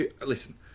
listen